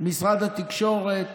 משרד התקשורת